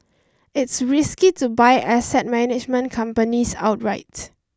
it's risky to buy asset management companies outright